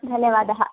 धन्यवादः